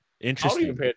Interesting